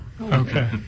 Okay